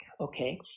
Okay